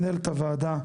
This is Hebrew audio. מנהלת הוועדה,